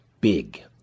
big